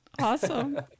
Awesome